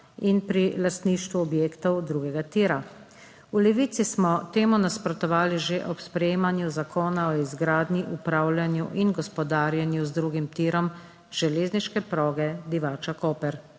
in pri lastništvu objektov drugega tira. V Levici smo temu nasprotovali že ob sprejemanju Zakona o izgradnji, upravljanju in gospodarjenju z drugim tirom železniške proge Divača–Koper.